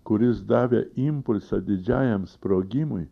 kuris davė impulsą didžiajam sprogimui